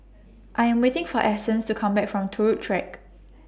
I Am waiting For Essence to Come Back from Turut Track